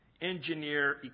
engineer